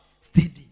Steady